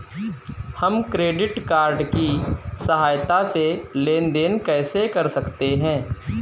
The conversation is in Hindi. हम क्रेडिट कार्ड की सहायता से लेन देन कैसे कर सकते हैं?